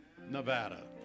Nevada